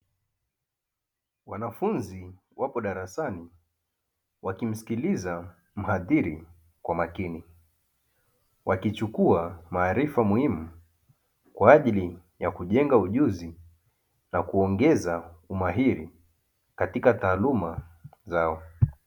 Wanafunzi wapo darasani wakimsikiliza mhadhiri kwa makini wakichukua maarifa muhimu kwa ajili kuongeza ujuzi na kujenga umahiri katika taaluma zao.